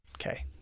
Okay